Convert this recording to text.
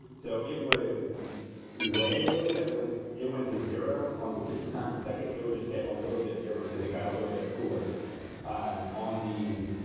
so it would weigh a little bit when it went to zero, on the sixty times a second, it would just get a little bit dimmer because it got a little bit cooler on on the.